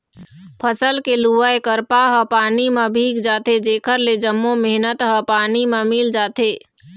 फसल के लुवाय करपा ह पानी म भींग जाथे जेखर ले जम्मो मेहनत ह पानी म मिल जाथे